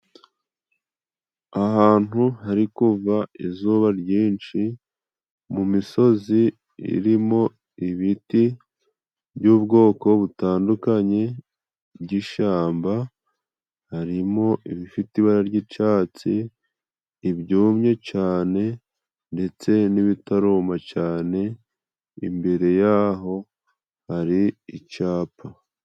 Ahantu hari kuva izuba ryinshi mu misozi irimo ibiti by'ubwoko butandukanye, ryishyamba harimo ibifite ibara ry'iicatsi, ibyumye cyane ndetse n'ibitaruma cyane imbere yaho hari icyapa.